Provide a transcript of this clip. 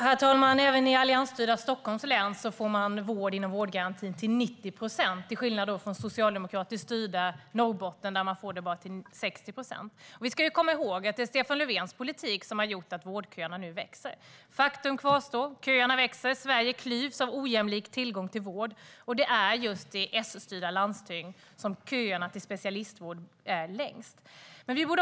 Herr talman! Även i alliansstyrda Stockholms län får man vård inom vårdgarantin till 90 procent, till skillnad från i socialdemokratiskt styrda Norrbotten, där man bara får det till 60 procent. Vi ska komma ihåg att det är Stefan Löfvens politik som har gjort att vårdköerna nu växer. Faktum kvarstår. Köerna växer. Sverige klyvs av en ojämlik tillgång till vård. Och det är just i S-styrda landsting som köerna till specialistvård är längst.